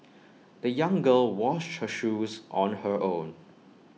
the young girl washed her shoes on her own